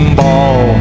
ball